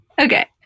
Okay